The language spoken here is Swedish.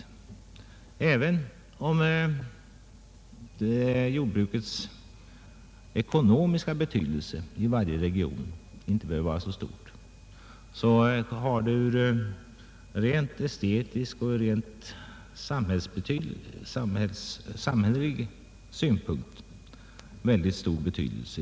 Även om jordbrukets ekonomiska betydelse i varje region inte är så stor har det från estetiska och samhälleliga synpunkter mycket stor betydelse.